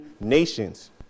nations